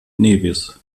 nevis